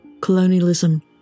colonialism